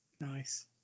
Nice